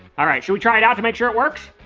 alright, should we try it out to make sure it works?